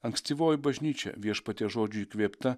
ankstyvoji bažnyčia viešpaties žodžio įkvėpta